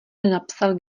nenapsal